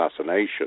assassination